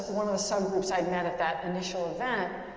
one of the sub-groups i met at that initial event,